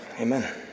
amen